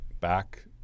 back